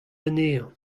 anezhañ